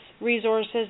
resources